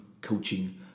coaching